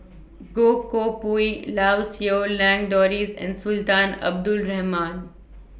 Goh Koh Pui Lau Siew Lang Doris and Sultan Abdul Rahman